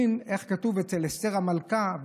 ואיך כתוב אצל אסתר המלכה?